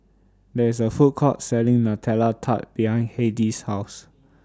There IS A Food Court Selling Nutella Tart behind Hedy's House